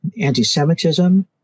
anti-Semitism